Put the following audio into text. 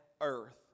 Earth